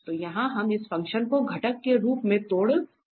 तो यहाँ हम इस फ़ंक्शन को घटक के रूप में तोड़ सकते हैं